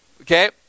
okay